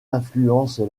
influence